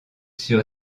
sur